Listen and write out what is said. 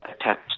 Attach